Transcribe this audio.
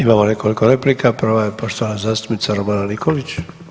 Imamo nekoliko replika, prva je poštovana zastupnica Romana Nikolić.